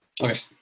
Okay